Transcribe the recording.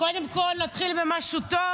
קודם כל נתחיל במשהו טוב.